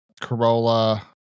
Corolla